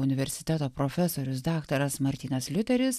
universiteto profesorius daktaras martynas liuteris